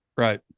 right